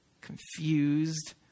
confused